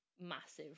massive